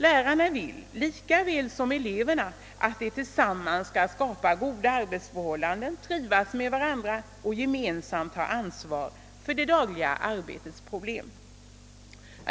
Lärarna vill lika väl som eleverna att de tillsammans skall skapa goda arbetsförhållanden, trivas med varandra och gemensamt ha ansvar för det dagliga arbetets problem.